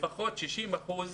לפחות 60 אחוזים